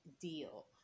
deal